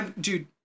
dude